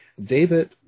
David